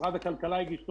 משרד הכלכלה הגיש תוכנית,